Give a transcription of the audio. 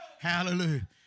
Hallelujah